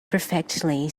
perfectly